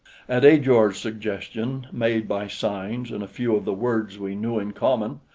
at ajor's suggestion, made by signs and a few of the words we knew in common,